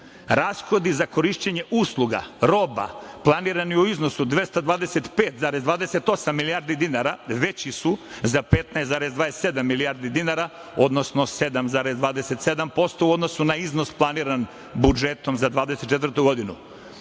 za korišćenje usluga, roba, planirani u iznosu od 225,28 milijardi dinara veći su za 15,27 milijardi dinara, odnosno 7,27% u odnosu na iznos planiran budžetom za 2024. godinu.